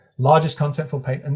largest contentful paint, and